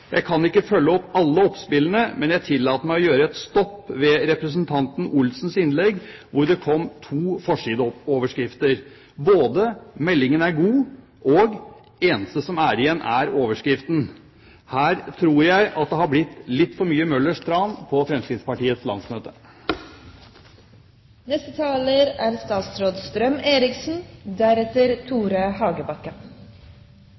Jeg kan ikke følge opp alle oppspillene, men jeg tillater meg å gjøre et stopp ved representanten Olsens innlegg hvor det kom to forsideoverskrifter: både at meldingen er god, og at det eneste som er igjen, er overskriften. Her tror jeg at det har blitt litt for mye Møllers tran på Fremskrittspartiets landsmøte.